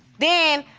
then,